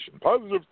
positive